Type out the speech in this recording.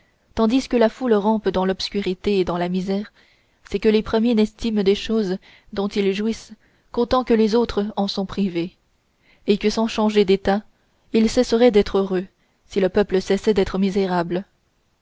tandis que la foule rampe dans l'obscurité et dans la misère c'est que les premiers n'estiment les choses dont ils jouissent qu'autant que les autres en sont privés et que sans changer d'état ils cesseraient d'être heureux si le peuple cessait d'être misérable